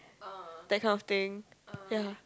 that kind of thing ya